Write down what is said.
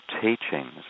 teachings